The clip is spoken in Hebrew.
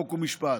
חוק ומשפט.